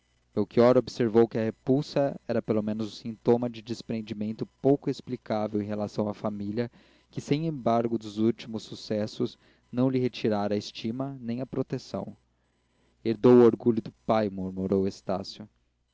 negativo melchior observou que a repulsa era pelo menos um sintoma de desprendimento pouco explicável em relação à família que sem embargo dos últimos sucessos não lhe retirara a estima nem a proteção herdou o orgulho do pai murmurou estácio